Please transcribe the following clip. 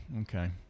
okay